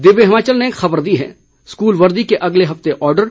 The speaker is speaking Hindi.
दिव्य हिमाचल ने ख़बर दी है स्कूल वर्दी के अगले हफ्ते ऑडर